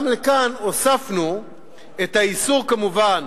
גם לכאן הוספנו את האיסור, כמובן: